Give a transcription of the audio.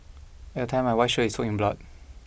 at the time my white shirt is soaked in blood